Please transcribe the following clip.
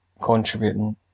contributing